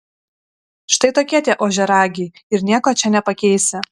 štai tokie tie ožiaragiai ir nieko čia nepakeisi